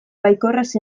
baikorraz